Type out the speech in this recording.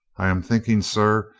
i am thinking, sir,